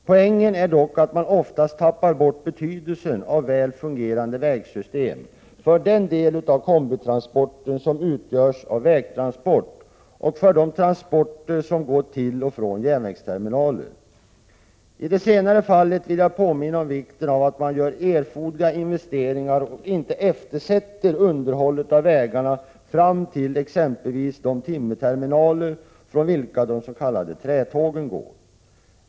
Poängen är dock att man oftast tappar bort betydelsen av väl fungerande vägsystem för den del av kombitransporten som utgörs av vägtransport och för de transporter som går till och från järnvägsterminaler. I det senare fallet vill jag påminna om vikten av att man gör erforderliga investeringar och inte eftersätter underhållet på vägarna fram till exempelvis de timmerterminaler från vilka de s.k. trätågen går.